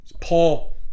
Paul